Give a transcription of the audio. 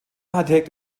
architekt